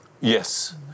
Yes